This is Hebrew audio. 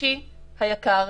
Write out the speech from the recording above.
אישי היקר,